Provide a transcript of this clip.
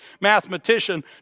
mathematician